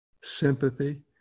sympathy